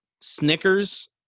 Snickers